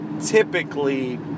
typically